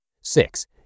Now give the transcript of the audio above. Six